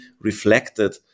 reflected